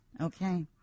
Okay